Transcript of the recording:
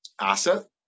asset